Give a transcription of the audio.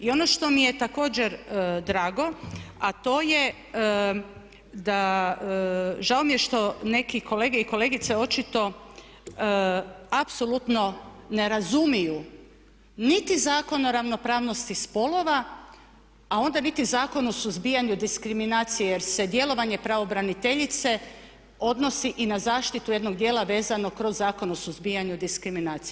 I ono što mi je također drago a to je da, žao mi je što neki kolege i kolegice apsolutno ne razumiju niti Zakon o ravnopravnosti spolova a onda niti Zakon o suzbijanju diskriminacije jer se djelovanje pravobraniteljice odnosi i na zaštitu jednog dijela vezano kroz Zakon o suzbijanju diskriminacije.